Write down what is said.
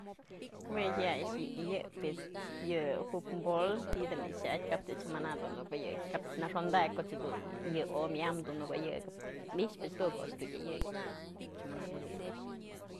Jue jaya'ay a'ax mas ëyë'ëp es, yë futbol tidën yë xa'atyë kap ëch mana du nuk ayëkyë kap nëxondakyë koch yëdun omyam nuk ayëkëp, nixpëch dun ko'o a'ax ëyëk kapch mana nëyëk.